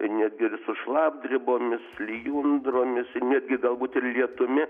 netgi ir su šlapdribomis lijundromis ir netgi galbūt ir lietumi